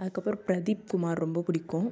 அதுக்கு அப்றம் பிரதீப் குமார் ரொம்ப பிடிக்கும்